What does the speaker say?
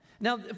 Now